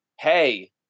hey